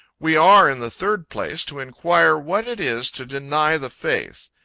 we are, in the third place, to enquire what it is to deny the faith.